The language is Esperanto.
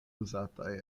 uzataj